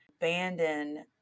abandon